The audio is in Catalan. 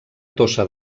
tossa